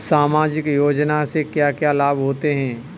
सामाजिक योजना से क्या क्या लाभ होते हैं?